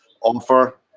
offer